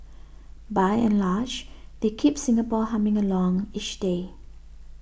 by and large they keep Singapore humming along each day